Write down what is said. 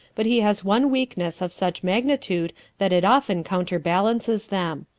but he has one weakness of such magnitude that it often counterbalances them.